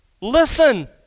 Listen